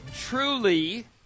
Truly